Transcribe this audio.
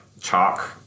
chalk